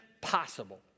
possible